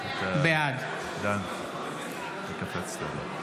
בעד אביגדור ליברמן,